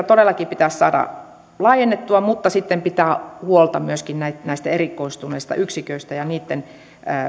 todellakin pitäisi saada laajennettua mutta sitten pitää huolta myöskin näistä erikoistuneista yksiköistä ja niitten